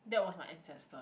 that was my ancestor